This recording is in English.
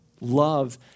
Love